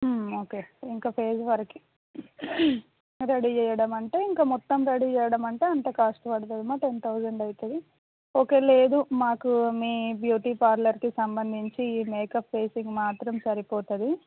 okay ఇంకా face వరకు ready చేయడమంటే ఇంక మొత్తం రెడీ చేయడమంటే అంత కాస్ట్ పడుతుందిమా టెన్ తౌజండ్ అవుతుంది ఓకే లేదు మాకు మీ బ్యూటీ పార్లర్కి సంబంధించి ఈ మేకప్ ఫేసింగ్ మాత్రం సరిపోతుంది